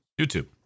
YouTube